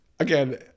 Again